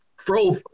throw –